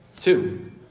Two